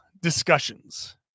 discussions